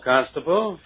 Constable